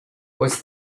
was